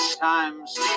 times